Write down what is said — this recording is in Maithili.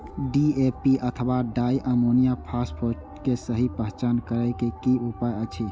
डी.ए.पी अथवा डाई अमोनियम फॉसफेट के सहि पहचान करे के कि उपाय अछि?